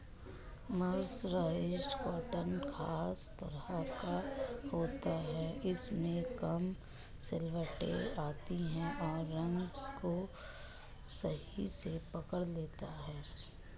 mercerised cotton खास तरह का होता है इसमें कम सलवटें आती हैं और रंग को सही से पकड़ लेता है